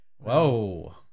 Whoa